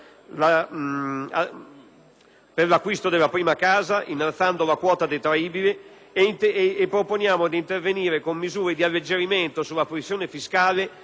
per l'acquisto della prima casa innalzando la quota detraibile. Proponiamo inoltre di intervenire con misure di alleggerimento della pressione fiscale sui redditi dei pensionati,